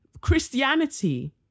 Christianity